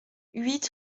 huit